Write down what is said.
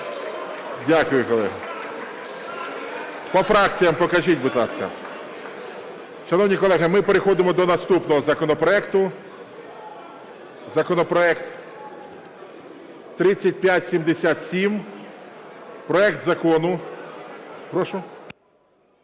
Дякую, колеги. По фракціях покажіть, будь ласка. Шановні колеги, ми переходимо до наступного законопроекту. Законопроект 3577: проект Закону… (Шум